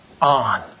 on